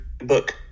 book